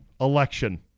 election